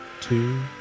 two